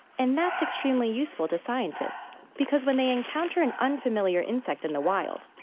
and that's extremely useful to scientists because when they encounter an unfamiliar insect in the wild,